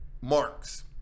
Marks